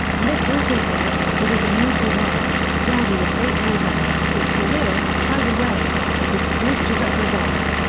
liszt also said it is a noble work, worthy of beethoven, whose career, by the way, it is supposed to represent.